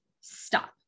stop